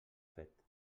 fet